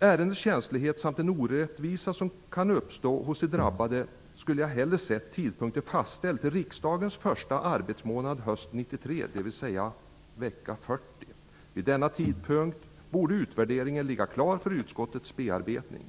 ärendets känslighet samt den orättvisa som kan uppstå hos de drabbade hellre ha sett tidpunkten fastställd till riksdagens första arbetsmånad hösten 1993, dvs. vecka 40. Vid denna tidpunkt borde utvärderingen vara klar för utskottets bearbetning.